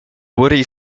woody